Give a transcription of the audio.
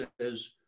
says